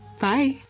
Bye